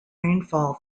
rainfall